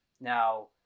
Now